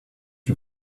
you